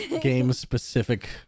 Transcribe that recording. game-specific